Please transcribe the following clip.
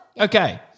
Okay